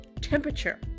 temperature